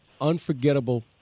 unforgettable